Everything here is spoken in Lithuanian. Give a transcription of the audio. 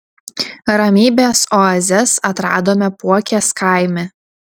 ramybės oazes atradome puokės kaime